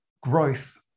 growth